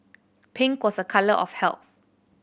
pink was a colour of health